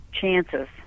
chances